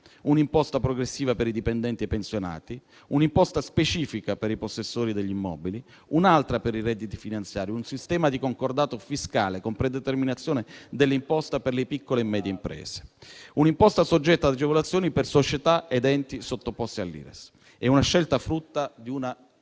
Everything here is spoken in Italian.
un'imposta progressiva per i dipendenti e pensionati; un'imposta specifica per i possessori degli immobili; un'altra per i redditi finanziari; un sistema di concordato fiscale con predeterminazione dell'imposta per le piccole e medie imprese; un'imposta soggetta ad agevolazioni per società ed enti sottoposti all'IRES. È una scelta frutto di una